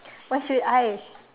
why should I